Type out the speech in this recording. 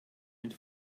mit